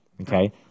okay